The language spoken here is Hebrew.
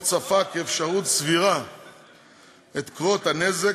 או צפה כאפשרות סבירה את קרות הנזק,